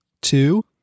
two